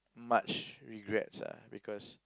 much regrets ah because